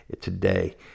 today